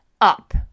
up